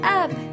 up